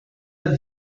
and